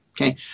Okay